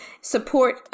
support